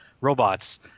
robots